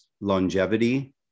longevity